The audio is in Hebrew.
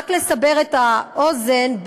רק לסבר את האוזן,